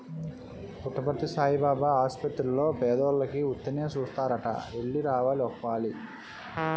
పుట్టపర్తి సాయిబాబు ఆసపత్తిర్లో పేదోలికి ఉత్తినే సూస్తారట ఎల్లి రావాలి ఒకపాలి